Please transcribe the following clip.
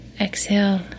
exhale